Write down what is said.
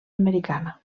americana